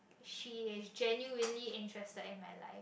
she generally interested in my life